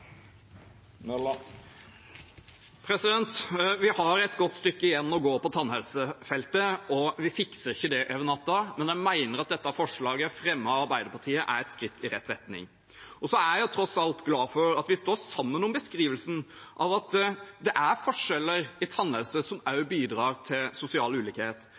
har et godt stykke igjen å gå på tannhelsefeltet. Vi fikser det ikke over natten, men jeg mener at dette forslaget, fremmet av Arbeiderpartiet, er et skritt i rett retning. Så er jeg tross alt glad for at vi står sammen om beskrivelsen, at det er forskjeller i tannhelse som også bidrar til sosial ulikhet,